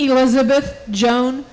elizabeth joan